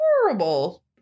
horrible